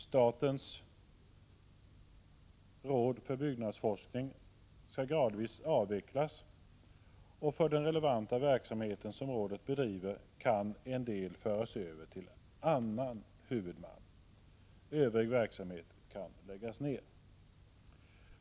Statens råd för byggnadsforskning skall gradvis avvecklas, och av den relevanta verksamhet som rådet bedriver kan en del föras över till annan huvudman. Övrig verksamhet kan läggas ner.